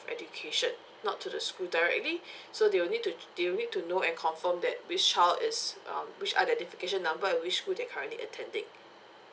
education not to the school directly so they will need to they will need to know and confirm that which child is um which identification number and which school they're currently attending